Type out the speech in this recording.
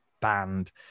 band